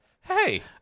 hey